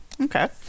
Okay